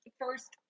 first